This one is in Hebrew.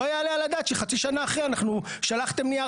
לא יעלה על הדעת שחצי שנה שלחתם נייר